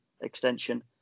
extension